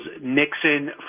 Nixon